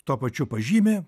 tuo pačiu pažymi